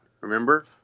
remember